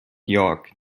york